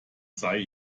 sei